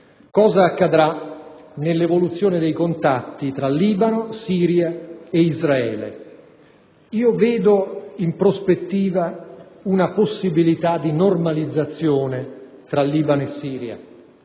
particolare l'evoluzione dei contatti tra Libano, Siria ed Israele. In prospettiva vedo una possibilità di normalizzazione tra Libano e Siria.